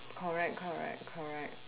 correct correct correct